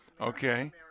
Okay